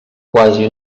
quasi